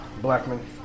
Blackman